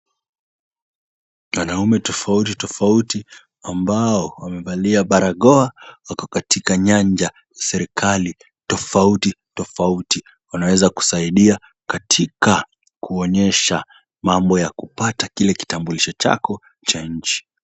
Wanaume tofauti tofauti ambao wamevalia barakoa, wako katika nyanja za serikali tofauti tofauti, wanaweza kusaidia katika kuonyesha mambo ya kupata kile kitambulisho chako cha nchi.